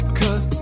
cause